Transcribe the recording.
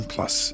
Plus